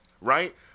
right